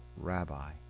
rabbi